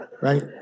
right